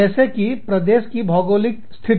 जैसेकि प्रदेश की भौगोलिक स्थिति